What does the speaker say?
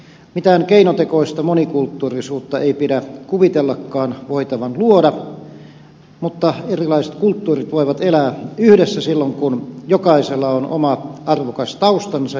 mitään keinotekoista monikulttuurisuutta ei pidä kuvitellakaan voitavan luoda mutta erilaiset kulttuurit voivat elää yhdessä silloin kun jokaisella on oma arvokas taustansa